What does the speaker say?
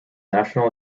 national